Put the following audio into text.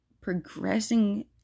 progressing